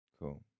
Cool